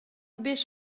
беш